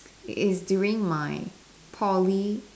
is during my Poly